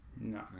No